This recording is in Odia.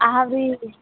ଆଉ ବି